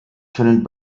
können